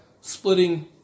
splitting